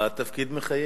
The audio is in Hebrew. התפקיד מחייב.